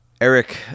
Eric